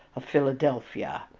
of philadelphia.